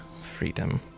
freedom